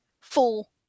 full